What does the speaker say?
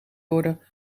worden